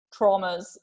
traumas